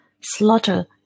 slaughter